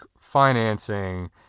financing